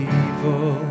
evil